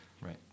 Right